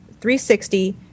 360